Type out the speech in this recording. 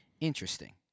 Interesting